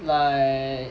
like